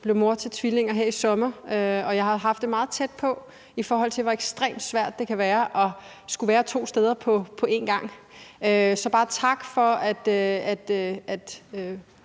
blev mor til tvillinger her i sommer, og jeg har haft det meget tæt på, i forhold til hvor ekstremt svært det kan være at skulle være to steder på én gang. Så bare tak for, at